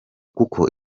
kuko